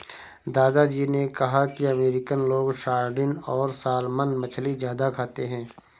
दादा जी ने कहा कि अमेरिकन लोग सार्डिन और सालमन मछली ज्यादा खाते हैं